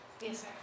Yes